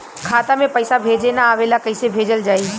खाता में पईसा भेजे ना आवेला कईसे भेजल जाई?